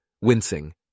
wincing